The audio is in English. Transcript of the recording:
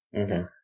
okay